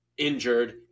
Injured